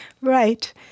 Right